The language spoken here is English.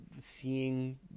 seeing